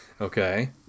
Okay